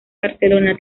barcelona